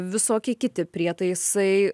visokie kiti prietaisai